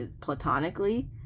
platonically